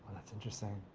that's interesting